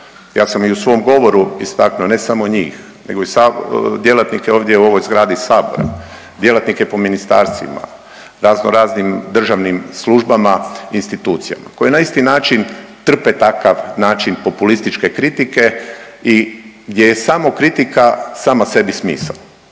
Ja sam i u svom govoru istaknuo ne samo njih, nego i djelatnike ovdje u ovoj zgradi Sabora, djelatnike po ministarstvima, razno raznim državnim službama, institucijama koje na isti način trpe takav način populističke kritike i gdje je samo kritika sama sebi smisao.